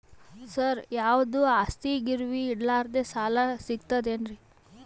ಸರ, ಯಾವುದು ಆಸ್ತಿ ಗಿರವಿ ಇಡಲಾರದೆ ಸಾಲಾ ಸಿಗ್ತದೇನ್ರಿ?